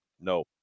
No